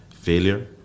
failure